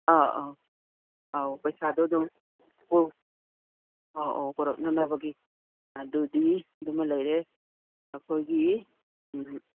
ꯑꯥ ꯑꯧ ꯑꯧ ꯄꯩꯁꯥꯗꯣ ꯑꯗꯨꯝ ꯑꯧ ꯑꯧ ꯄꯣꯔꯛꯅꯅꯕꯒꯤ ꯑꯗꯨꯗꯤ ꯑꯗꯨꯃ ꯂꯩꯔꯦ ꯑꯩꯈꯣꯏꯒꯤ